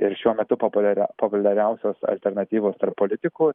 ir šiuo metu populiaria populiariausios alternatyvos tarp politikų